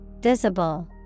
Visible